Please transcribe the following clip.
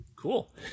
Cool